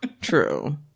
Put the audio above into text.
true